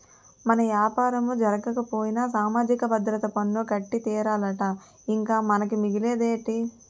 మన యాపారం జరగకపోయినా సామాజిక భద్రత పన్ను కట్టి తీరాలట ఇంక మనకి మిగిలేదేటి